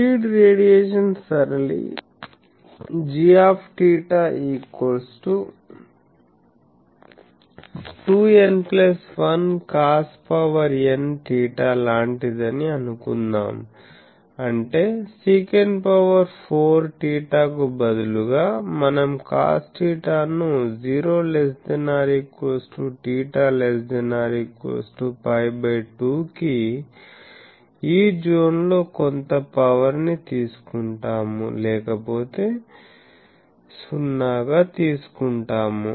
feed radiation సరళి gθ 2n1cosnθ లాంటిదని అనుకుందాం అంటే sec4θ కు బదులుగా మనం cosθ ను 0 ≤ θ ≤ π2 కి ఈ జోన్లో కొంత పవర్ ని తీసుకుంటాము లేకపోతే 0 గా తీసుకుంటాము